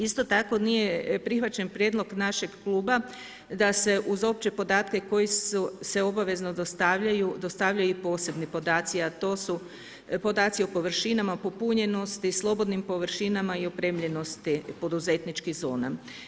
Isto tako nije prihvaćen prijedlog našeg kluba da se uz opće podatke koji se obavezno dostavljaju, dostavljaju i posebni podaci, a to su podaci o površinama, popunjenosti, slobodnim površinama i opremljenosti poduzetničkih zona.